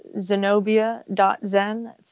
zenobia.zen